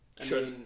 Sure